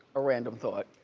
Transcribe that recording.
a random thought.